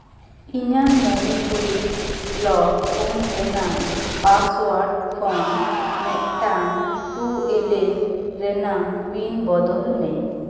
ᱤᱧᱟᱹᱜ ᱢᱳᱵᱤᱠᱩᱭᱤᱠ lock phone ᱨᱮᱭᱟᱜ ᱯᱟᱳᱟᱨᱰ ᱠᱷᱚᱱ ᱢᱤᱫᱴᱟᱝ ᱴᱩ ᱮᱞ ᱮᱞ ᱨᱮᱱᱟᱝ ᱯᱤᱱ ᱵᱚᱫᱚᱞ ᱢᱮ